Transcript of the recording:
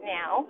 now